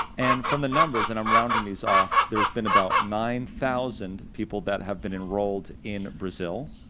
and from the numbers and i'm rounding these off there's been about nine thousand people that have been enrolled in brazil,